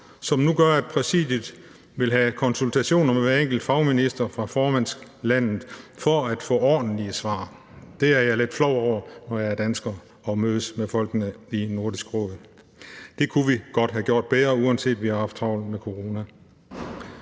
nu gør, at præsidiet vil have konsultationer med hver enkelt fagminister fra formandslandet for at få ordentlige svar. Det er jeg lidt flov over, når jeg er dansker og mødes med folkene i Nordisk Råd. Det kunne vi godt have gjort bedre, uanset at vi har haft travlt med corona.